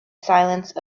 silence